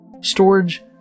storage